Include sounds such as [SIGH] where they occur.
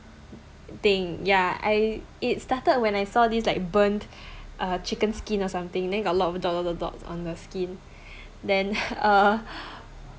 thing ya I it started when I saw this like burnt uh chicken skin or something then got a lot of dot dot dot on the skin then [LAUGHS] uh